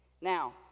Now